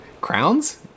Crowns